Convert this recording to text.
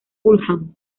fulham